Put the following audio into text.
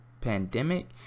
pandemic